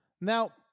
Now